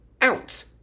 out